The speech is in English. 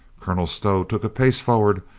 colonel stow took a pace forward,